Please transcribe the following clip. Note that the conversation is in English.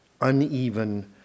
uneven